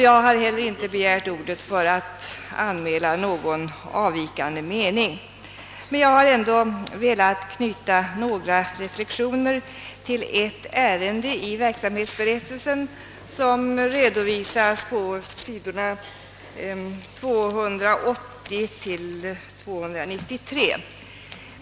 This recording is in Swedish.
Jag har inte heller begärt ordet för att anmäla någon avvikande mening. Jag har ändå velat knyta några reflexioner till de ärenden i verksamhetsberättelsen som redovisas på sidorna 280—293.